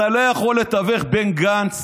אתה לא יכול לתווך בין גנץ